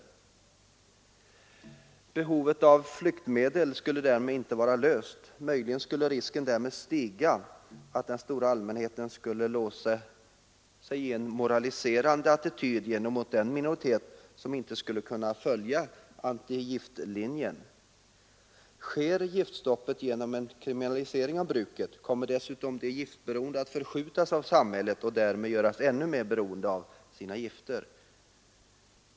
Frågan om behovet av flyktmedel skulle därmed inte vara löst — möjligen skulle risken stiga att den stora allmänheten skulle låsa sig i en moraliserande attityd gentemot den minoritet som inte kunnat följa antigiftlinjen. Sker giftstoppet genom en kriminalisering av bruket, kommer dessutom de giftberoende att förskjutas av samhället och därmed göras ännu mer beroende av sina gifter.